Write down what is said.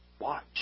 watch